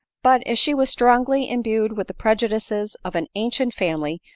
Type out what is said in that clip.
but, as she was strongly imbued with the prejudices of an ancient family,